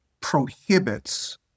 prohibits